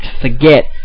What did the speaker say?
forget